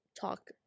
talk